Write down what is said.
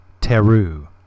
Teru